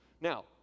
Now